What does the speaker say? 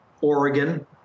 Oregon